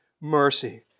mercy